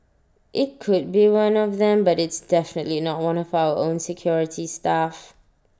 IT could be one of them but it's definitely not one of our security staff